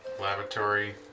laboratory